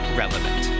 relevant